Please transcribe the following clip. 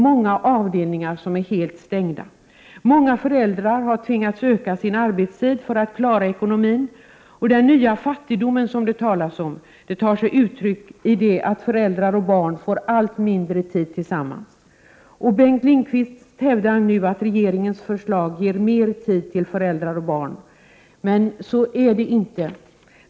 Många avdelningar är helt stängda. Många föräldrar har tvingats öka sin arbetstid för att klara ekonomin. Den nya fattigdomen, som det talas om, tar sig uttryck i att föräldrar och barn får allt mindre tid tillsammans. Bengt Lindqvist hävdar nu att regeringens förslag ger mer tid för föräldrar och barn, men så är det inte.